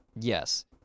Yes